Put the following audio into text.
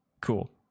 cool